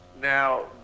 Now